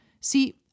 See